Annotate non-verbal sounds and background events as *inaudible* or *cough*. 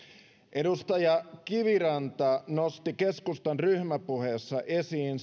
edustaja kiviranta nosti keskustan ryhmäpuheessa esiin *unintelligible*